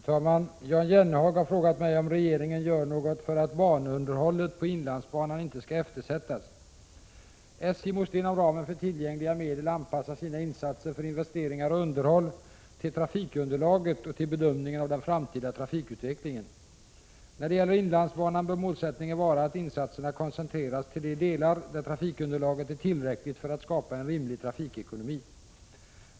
Fru talman! Jan Jennehag har frågat mig om regeringen gör något för att banunderhållet på inlandsbanan inte skall eftersättas. SJ måste inom ramen för tillgängliga medel anpassa sina insatser för investeringar och underhåll till trafikunderlaget och till bedömningen av den framtida trafikutvecklingen. När det gäller inlandsbanan bör målsättningen vara att insatserna koncentreras till de delar där trafikunderlaget är tillräckligt för att skapa en rimlig trafikekonomi.